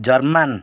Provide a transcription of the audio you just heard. German